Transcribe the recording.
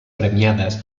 premiades